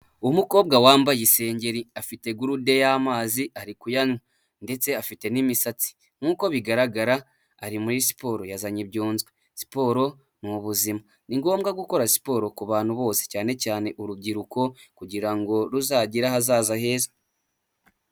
Umukobwa wambaye isengeri afite gurude y'amazi arikuyanywa ndetse afite n'imisatsi nk'uko bigaragara ari muri siporo yazanye ibyunzwe, siporo mu buzima ni ngombwa gukora siporo ku bantu bose cyane cyane urubyiruko kugirango ngo ruzagire ahazaza heza.